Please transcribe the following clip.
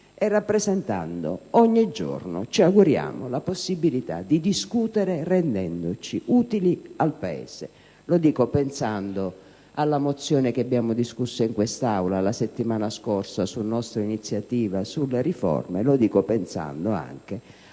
e rappresentando ogni giorno - ci auguriamo - la possibilità di discutere rendendoci utili al Paese. Lo dico pensando alla mozione sulle riforme che abbiamo discusso in quest'Aula la settimana scorsa, su nostra iniziativa, e lo dico pensando anche